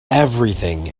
everything